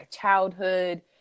childhood